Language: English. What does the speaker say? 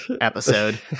episode